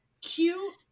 cute